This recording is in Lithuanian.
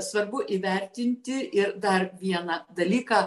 svarbu įvertinti ir dar vieną dalyką